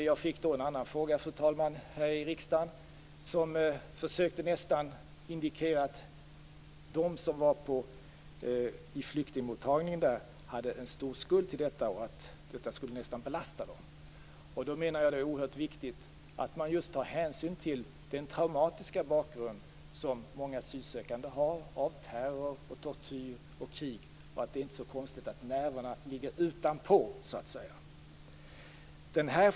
Jag fick då, fru talman, en fråga här i riksdagen där man nästan försökte indikera att de som fanns på flyktingmottagningen hade en stor skuld i detta och att det här nästan skulle belasta dem. Jag menar därför att det är oerhört viktigt att just ta hänsyn till den traumatiska bakgrund som många asylsökande har till följd av terror, tortyr och krig. Då är det inte så konstigt att nerverna så att säga ligger utanpå.